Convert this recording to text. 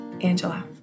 Angela